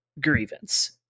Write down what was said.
grievance